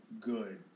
good